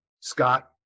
Scott